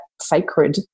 sacred